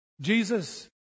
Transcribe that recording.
Jesus